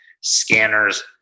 scanners